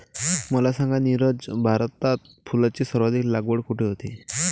मला सांगा नीरज, भारतात फुलांची सर्वाधिक लागवड कुठे होते?